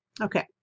Okay